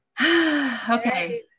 okay